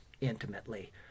intimately